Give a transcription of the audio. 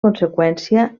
conseqüència